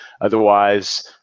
Otherwise